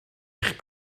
eich